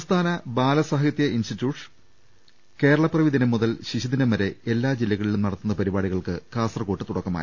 സംസ്ഥാന ബാലസാഹിത്യ ഇൻസ്റ്റിറ്റ്യൂട്ട് കേരളപ്പിറവി ദിനം മുതൽ ശിശ്ദ്ദിനം വരെ എല്ലാ ജില്ലകളിലും നടത്തുന്ന പരി പാടികൾക്ക് കാസർക്കോട് തുടക്കമായി